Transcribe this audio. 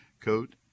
coat